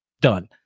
done